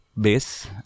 base